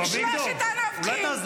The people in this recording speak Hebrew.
מה זה?